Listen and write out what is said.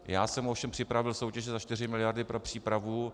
Já jsem ovšem připravil soutěže za 4 mld. pro přípravu.